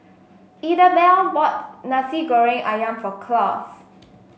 Idabelle bought Nasi Goreng ayam for Claus